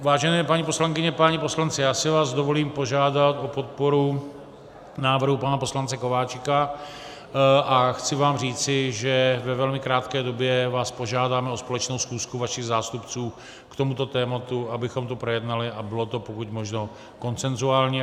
Vážené paní poslankyně, páni poslanci, já si vás dovolím požádat o podporu návrhu pana poslance Kováčika a chci vám říci, že ve velmi krátké době vás požádáme o společnou schůzku vašich zástupců k tomuto tématu, abychom to projednali a bylo to pokud možno konsenzuální.